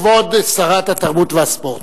כבוד שרת התרבות והספורט.